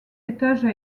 étages